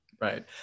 Right